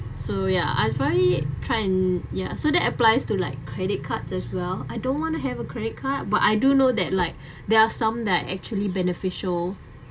so ya I probably try and ya so that applies to like credit card as well I don't want to have a credit card but I do know that like there are some that actually beneficial